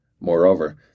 Moreover